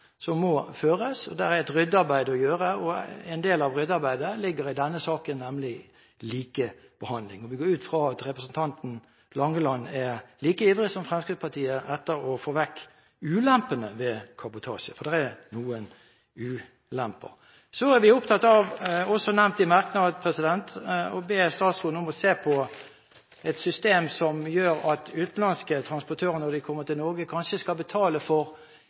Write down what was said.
som må føres. Det er et ryddearbeid å gjøre, og en del av det ryddearbeidet ligger i denne saken, nemlig likebehandling. Vi går ut fra at representanten Langeland er like ivrig som Fremskrittspartiet etter å få vekk ulempene ved kabotasje, for det er noen ulemper. Så er vi opptatt av – også nevnt i merknad – å be statsråden om å se på et system som gjør at utenlandske transportører, når de kommer til Norge, kanskje skal betale for